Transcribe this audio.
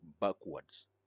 backwards